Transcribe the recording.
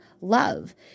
love